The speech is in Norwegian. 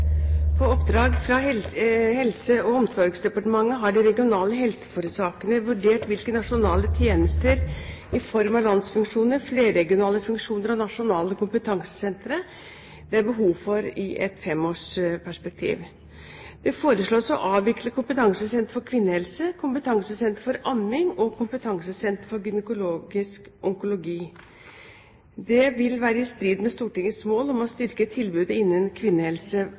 omsorgsdepartementet har de regionale helseforetakene vurdert hvilke nasjonale tjenester, i form av landsfunksjoner, flerregionale funksjoner og nasjonale kompetansesentre, det er behov for i et femårsperspektiv. Det foreslås å avvikle kompetansesenter for kvinnehelse, kompetansesenter for amming og kompetansesenter for gynekologisk onkologi. Dette vil være i strid med Stortingets mål om å styrke tilbudet innenfor kvinnehelse.